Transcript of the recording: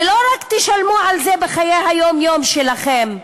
ולא רק תשלמו על זה בחיי היום-יום שלכם,